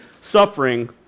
suffering